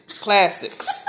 classics